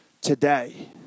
today